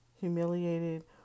humiliated